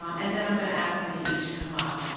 um and then i'm going to ask them to each come up.